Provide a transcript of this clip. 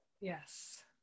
Yes